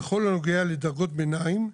בכל הנוגע לדרגות ביניים,